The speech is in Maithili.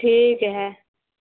ठीक हइ